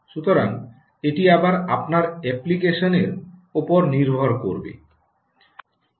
সুতরাং এটি আবার আপনার অ্যাপ্লিকেশনের উপর নির্ভর করবে